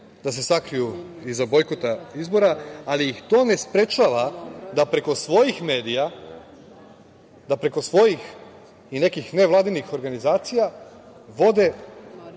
da se sakriju iza bojkota izbora, ali ih to ne sprečava da preko svojih medija i nekih nevladinih organizacija vode